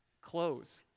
Clothes